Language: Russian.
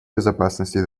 безопасности